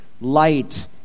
light